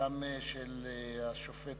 וגם של שופט